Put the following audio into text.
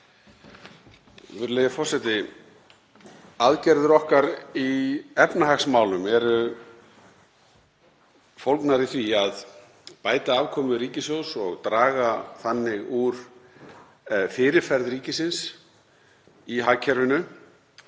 Virðulegi forseti. Aðgerðir okkar í efnahagsmálum eru fólgnar í því að bæta afkomu ríkissjóðs og draga þannig úr fyrirferð ríkisins í hagkerfinu.